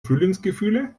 frühlingsgefühle